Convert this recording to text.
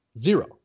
zero